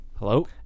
Hello